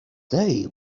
they